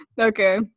Okay